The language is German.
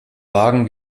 wagen